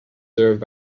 served